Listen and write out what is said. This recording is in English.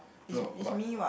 no but